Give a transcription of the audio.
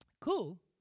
Cool